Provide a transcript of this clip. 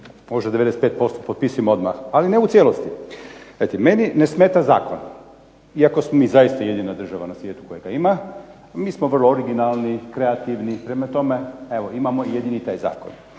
Možda 95% potpisujem odmah, ali ne u cijelosti. Gledajte meni ne smeta zakon, iako smo mi zaista jedina država na svijetu koja ga ima, mi smo vrlo originalni, kreativni, prema tome evo imamo jedini taj zakon.